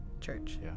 church